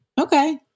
okay